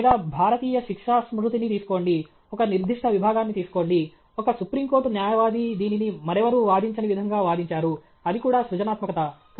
లేదా భారతీయ శిక్షాస్మృతిని తీసుకోండి ఒక నిర్దిష్ట విభాగాన్ని తీసుకోండి ఒక సుప్రీంకోర్టు న్యాయవాది దీనిని మరెవరూ వాదించని విధంగా వాదించారు అది కూడా సృజనాత్మకత